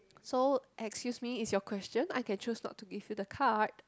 so excuse me is your question I can choose not to give you the card